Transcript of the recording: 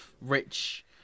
rich